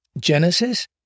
genesis